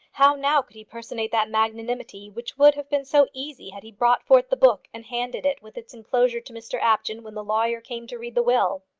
how now could he personate that magnanimity which would have been so easy had he brought forth the book and handed it with its enclosure to mr apjohn when the lawyer came to read the will?